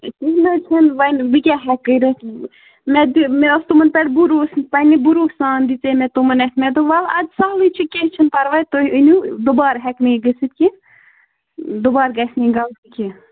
کِہیٖنۍ حظ چھُنہٕ وۄنۍ بہٕ کیٛاہ ہٮ۪کہٕ کٔرِتھ مےٚ دِ مےٚ اوس تِمَن پٮ۪ٹھ بروٗسہٕ پنٛنہِ بروٗس سان دِژے مےٚ تِمَن اَتھِ مےٚ دوٚپ وَل اَدٕ سہلٕے چھُ کیٚنٛہہ چھُنہٕ پرواے تُہۍ أنِو دُبار ہٮ۪کہِ نہٕ یہِ گٔژھِتھ کیٚنٛہہ دُبارٕ گژھِ نہٕ یہِ غلطی کیٚنٛہہ